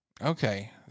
Okay